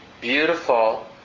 beautiful